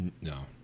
No